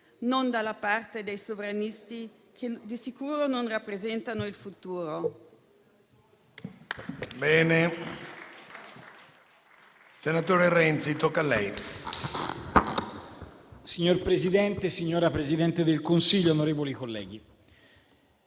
non dalla parte dei sovranisti, che di sicuro non rappresentano il futuro.